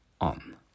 on